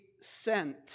sent